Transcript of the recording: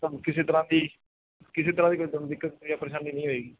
ਤੁਹਾਨੂੰ ਕਿਸੇ ਤਰ੍ਹਾਂ ਦੀ ਕਿਸੇ ਤਰ੍ਹਾਂ ਦੀ ਕੋਈ ਤੁਹਾਨੂੰ ਦਿੱਕਤ ਜਾਂ ਪਰੇਸ਼ਾਨੀ ਨਹੀ ਹੋਏਗੀ